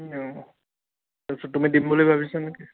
অঁ তাৰপিছত তুমি দিম বুলি ভাবিছা নে কি